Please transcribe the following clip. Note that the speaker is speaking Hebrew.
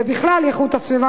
ובכלל איכות הסביבה,